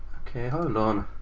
ok hold on.